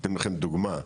אני אתן לכם דוגמא,